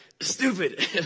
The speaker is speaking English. stupid